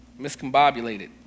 miscombobulated